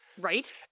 Right